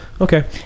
okay